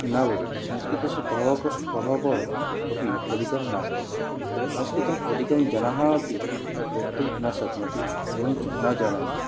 न वदति संस्कृतस्य प्रभावः अपि अधिकं नास्ति संस्कृतम् अधिकं जनाः अपि वक्तुं न शक्नोति एवञ्च न जानान्ति